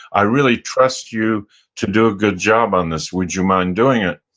i really trust you to do a good job on this. would you mind doing it?